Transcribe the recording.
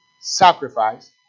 sacrifice